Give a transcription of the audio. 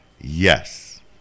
yes